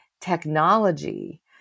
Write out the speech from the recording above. technology